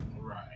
Right